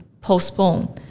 postpone